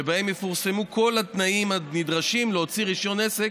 שבהם יפורסמו כל התנאים הנדרשים להוצאת רישיון עסק,